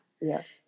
Yes